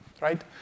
right